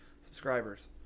subscribers